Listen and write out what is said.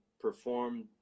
perform